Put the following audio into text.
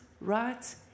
right